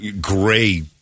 gray